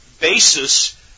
basis